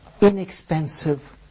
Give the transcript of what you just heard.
inexpensive